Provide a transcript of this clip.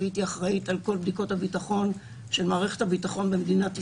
הייתי אחראית על כל בדיקות הביטחון של מערכת הביטחון במדינת ישראל.